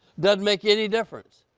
doesn't make any difference.